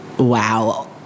wow